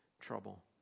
trouble